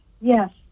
Yes